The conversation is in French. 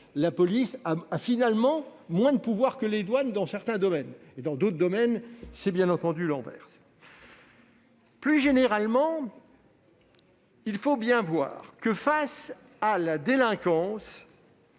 la police a finalement moins de pouvoirs que les douanes. Dans d'autres cas, c'est bien entendu l'inverse. Plus généralement, il faut bien voir que, face à la délinquance,